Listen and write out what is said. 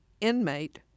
inmate